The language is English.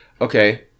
Okay